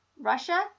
Russia